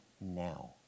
now